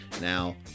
Now